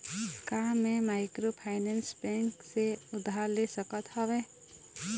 का मैं microfinance bank से उधार ले सकत हावे?